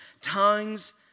tongues